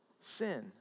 sin